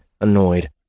annoyed